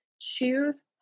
choose